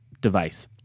device